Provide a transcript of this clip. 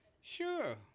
Sure